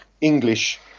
English